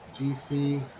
gc